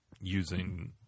using